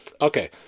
Okay